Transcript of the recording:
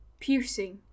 Piercing